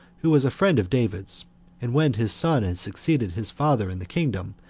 who was a friend of david's and when his son had succeeded his father in the kingdom,